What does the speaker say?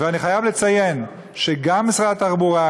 אני חייב לציין שגם משרד התחבורה,